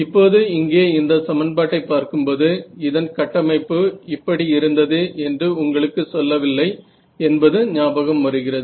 இப்போது இங்கே இந்த சமன்பாட்டை பார்க்கும்போது இதன் கட்டமைப்பு இப்படி இருந்தது என்று உங்களுக்கு சொல்லவில்லை என்பது ஞாபகம் வருகிறது